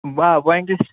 با وۅنۍ دِس